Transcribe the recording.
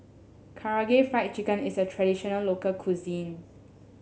Karaage Fried Chicken is a traditional local cuisine